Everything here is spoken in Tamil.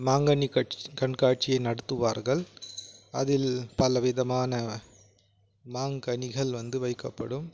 மாங்கனி கண்காட்சியை நடத்துவார்கள் அதில் பல விதமான மாங்கனிகள் வந்து வைக்கப்படும்